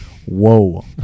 Whoa